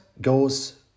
goes